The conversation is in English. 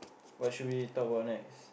what should we talk about next